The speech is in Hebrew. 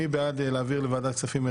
מי בעד העברת החוק לוועדת הכספים?